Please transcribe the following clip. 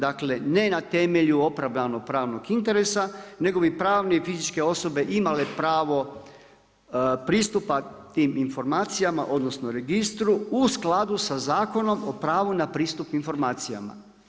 Dakle, ne na temelju opravdanog pravnog interesa, nego bi pravne i fizičke osobe imale pravo pristupa tih informacijama, odnosno, registru u skladu sa zakonom o pravu na pristup informacijama.